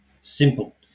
Simple